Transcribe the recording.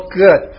good